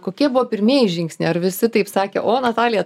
kokie buvo pirmieji žingsniai ar visi taip sakė o natalija